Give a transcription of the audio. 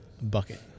bucket